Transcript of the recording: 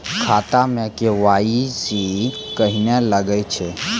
खाता मे के.वाई.सी कहिने लगय छै?